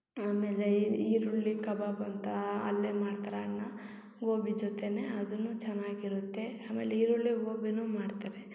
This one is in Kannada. ಆಮೇಲೆ ಈ ಈರುಳ್ಳಿ ಕಬಾಬ್ ಅಂತಾ ಅಲ್ಲೆ ಮಾಡ್ತಾರೆ ಅಣ್ಣ ಗೋಬಿ ಜೊತೇನೆ ಅದುನು ಚೆನ್ನಾಗಿರುತ್ತೆ ಆಮೇಲೆ ಈರುಳ್ಳಿ ಗೋಬಿನು ಮಾಡ್ತಾರೆ